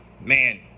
man